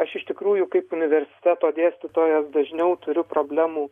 aš iš tikrųjų kaip universiteto dėstytojas dažniau turiu problemų